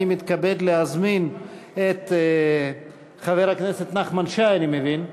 אני מתכבד להזמין את חבר הכנסת נחמן שי, אני מבין,